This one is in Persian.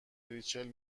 ریچل